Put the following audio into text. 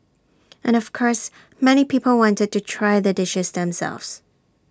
and of course many people wanted to try the dishes themselves